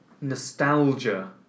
nostalgia